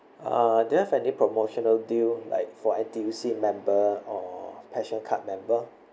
uh do you have any promotional deal like for N_T_U_C member or special card member